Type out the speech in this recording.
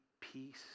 peace